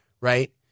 Right